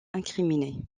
incriminé